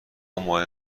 ماهی